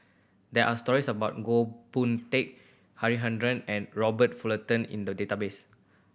there are stories about Goh Boon Teck Harichandra and Robert Fullerton in the database